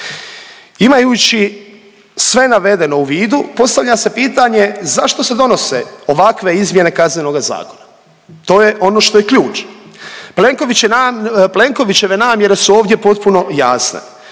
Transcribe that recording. Imajući sve navedeno u vidu postavlja se pitanje zašto se donose ovakve izmjene Kaznenoga zakona? To je ono što je ključ. Plenković je nam… Plenkovićeve namjere su ovdje potpuno jasne